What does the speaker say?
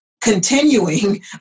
continuing